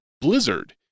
blizzard